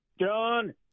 John